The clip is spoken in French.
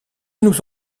nous